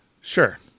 Sure